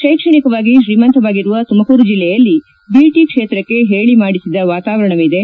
ಶೈಕ್ಷಣಿಕವಾಗಿ ತ್ರೀಮಂತವಾಗಿರುವ ತುಮಕೂರು ಜಿಲ್ಲೆಯಲ್ಲಿ ಬಿಟಿ ಕ್ಷೇತ್ರಕ್ಷೆ ಹೇಳಿಮಾಡಿಸಿದ ವಾತಾವರಣವಿದೆ